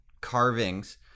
carvings